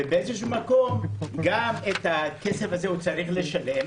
ובאיזשהו מקום גם את הכסף הזה הוא צריך לשלם,